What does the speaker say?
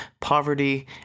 poverty